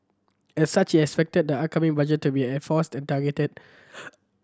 as such he expected the upcoming budget to be air forced and targeted